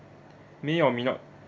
may or may not